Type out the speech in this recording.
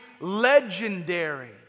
legendary